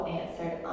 answered